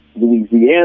Louisiana